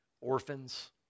orphans